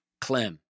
Clem